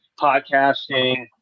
podcasting